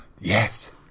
yes